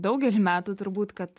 daugelį metų turbūt kad